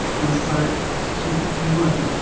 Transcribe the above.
and so section fifty one,